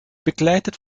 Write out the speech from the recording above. begleitet